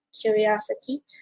curiosity